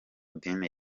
idini